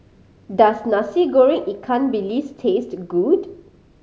does Nasi Goreng ikan bilis taste good